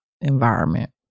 environment